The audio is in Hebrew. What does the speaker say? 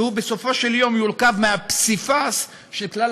שבסופו של יום הוא יורכב מהפסיפס של כלל